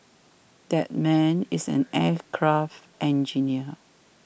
that man is an aircraft engineer